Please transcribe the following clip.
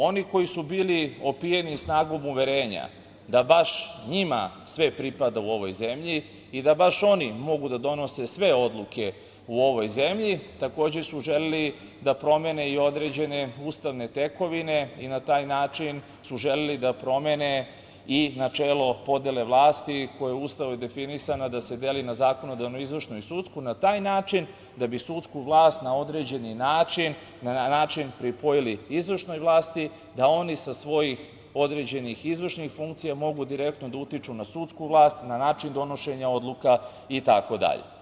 Oni koji su bili opijeni snagom uverenja da baš njima sve pripada u ovoj zelji i da baš oni mogu da donose sve odluke u ovoj zemlji takođe su želeli da promene i određene ustavne tekovine i na taj način su želeli da promene i načelo podele vlasti koje je Ustavom definisana da se deli na zakonodavnu, izvršnu i sudsku, a na taj način da bi sudsku vlast na određeni način pripojili izvršnoj vlasti, da oni sa svojih određenih izvršnih funkcija mogu direktno da utiču na sudsku vlast, na način donošenja odluka itd.